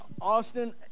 Austin